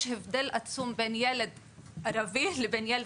יש הבדל עצום בין ילד ערבי לבין ילד